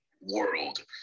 world